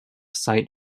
site